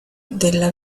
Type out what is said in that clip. della